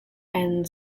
and